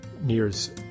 nears